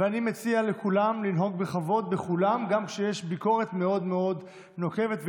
ואני מציע לכולם לנהוג בכבוד בכולם גם כשיש ביקורת מאוד מאוד נוקבת.